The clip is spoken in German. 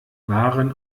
waren